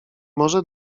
może